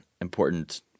important